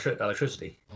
electricity